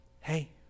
hey